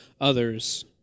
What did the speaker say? others